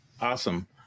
Awesome